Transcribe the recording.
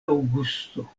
aŭgusto